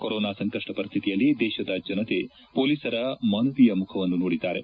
corona ಸಂಕಷ್ಷ ಪರಿಸ್ಲಿತಿಯಲ್ಲಿ ದೇಶದ ಜನತೆ ಮೊಲೀಸರ ಮಾನವೀಯ ಮುಖವನ್ನು ನೋಡಿದ್ದಾರೆ